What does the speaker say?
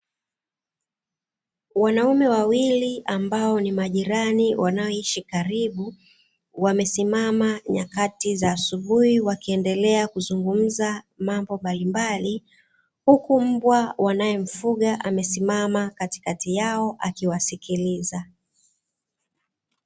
Wanaume wawili ambao ni majirani wanaoishi karibu wamesimama nyakati za asubuhi wakiendelea kuzungumza mambo mbalimbali, huku mbwa wanayemfuga amesimama katikati yao akiwasikiliza.